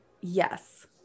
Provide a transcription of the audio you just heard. yes